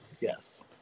Yes